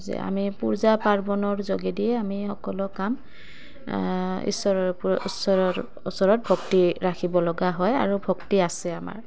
যে আমি পূজা পাৰ্বণৰ যোগেদিয়ে আমি সকলো কাম ঈশ্বৰৰ ঈশ্বৰৰ ওচৰত ভক্তি ৰাখিব লগা হয় আৰু ভক্তি আছে আমাৰ